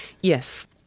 Yes